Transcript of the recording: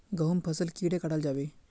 गहुम फसल कीड़े कटाल जाबे?